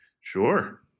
sure